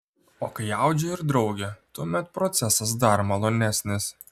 o kai audžia ir draugė tuomet procesas dar malonesnis